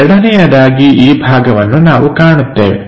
ಎರಡನೆಯದಾಗಿ ಈ ಭಾಗವನ್ನು ನಾವು ಕಾಣುತ್ತೇವೆ